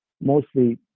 mostly